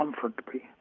comfortably